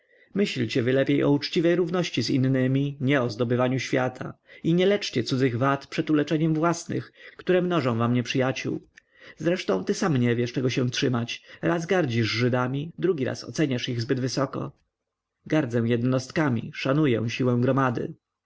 myślcie wy lepiej o uczciwej równości z innymi nie o zdobywaniu świata i nie leczcie cudzych wad przed uleczeniem własnych które mnożą wam nieprzyjaciół zresztą ty sam nie wiesz czego się trzymać raz gardzisz żydami drugi raz oceniasz ich zbyt wysoko gardzę jednostkami szanuję siłę gromady